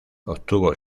obtuvo